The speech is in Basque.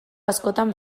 askotan